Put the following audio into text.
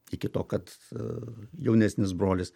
iki to kad jaunesnis brolis